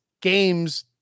games